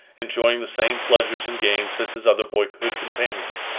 enjoying the same pleasures and games as his other boyhood companions.